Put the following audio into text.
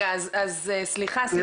סליחה, סיון.